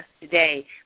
today